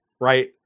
right